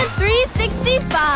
365